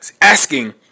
Asking